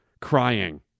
crying